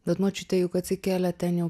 bet močiutė juk atsikėlė ten jau